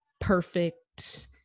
perfect